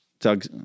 Doug